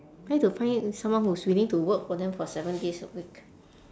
where to find someone who's willing to work for them for seven days a week